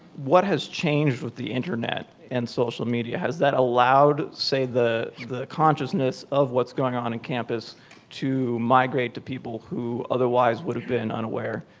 what has changed with the internet and social media? has that allowed, say, the the consciousness of what's going on in campus to migrate to people who otherwise would've been unaware,